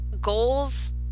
goals